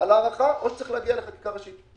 על הארכה, או שזה צריך להגיע לחקיקה ראשית.